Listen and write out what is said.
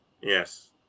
Yes